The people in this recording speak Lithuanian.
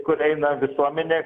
kur eina visuomenė